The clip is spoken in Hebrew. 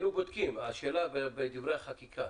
בדברי החקיקה